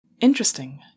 Interesting